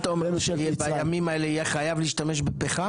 מה אתה אומר, שבימים האלה יהיה חייב להשתמש בפחם?